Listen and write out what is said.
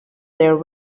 their